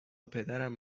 پدرم